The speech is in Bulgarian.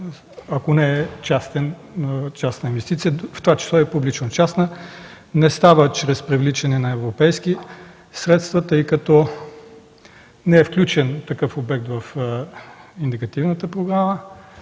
ако не е частна инвестиция, в това число и публично-частна. Не става чрез привличане на европейски средства, тъй като не е включен такъв обект в индикативната програма.